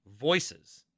voices